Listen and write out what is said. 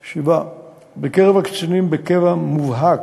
7. בקרב הקצינים בקבע מובהק,